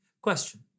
Question